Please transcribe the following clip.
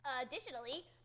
Additionally